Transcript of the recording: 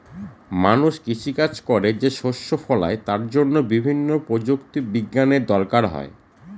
মানুষ কৃষি কাজ করে যে শস্য ফলায় তার জন্য বিভিন্ন প্রযুক্তি বিজ্ঞানের দরকার হয়